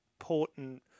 important